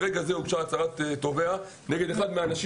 ברגע זה הוגשה הצהרת תובע נגד אחד מהאנשים